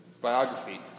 biography